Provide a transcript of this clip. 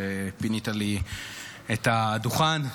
שפינית לי את הדוכן.